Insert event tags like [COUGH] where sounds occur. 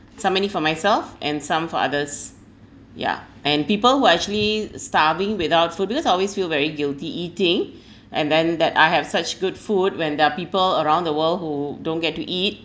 some money for myself and some for others yeah and people who actually starving without food because I always feel very guilty eating [BREATH] and then that I have such good food when there are people around the world who don't get to eat